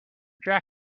jacket